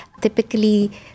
Typically